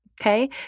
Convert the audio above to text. okay